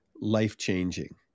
life-changing